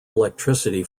electricity